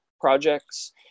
projects